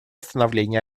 становления